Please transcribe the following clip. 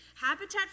Habitat